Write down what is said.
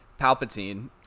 Palpatine